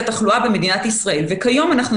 לוודא אם הם לא צריכים אוכל,